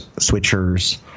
switchers